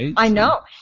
i know.